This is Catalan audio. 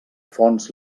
fonts